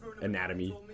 Anatomy